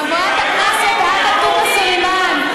חברת הכנסת עאידה תומא סלימאן,